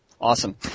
awesome